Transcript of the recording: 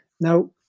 Now